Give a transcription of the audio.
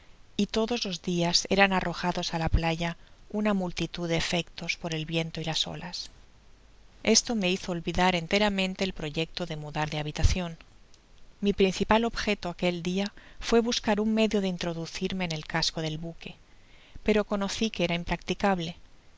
y todos los dias eran arrojados á la playa una multitud de efectos por el viento y a solas esto me hizo olvidar enteramente el proyecto de mudar de habitacion mi principal objeto aquel dia fue buscar un medio de introducirme en el casco del buque pero conocí que era impracticable